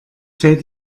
fällt